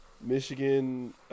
Michigan